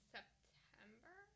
September